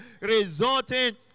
resulting